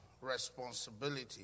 responsibility